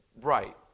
Right